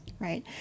Right